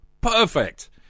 Perfect